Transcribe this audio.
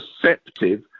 perceptive